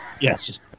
Yes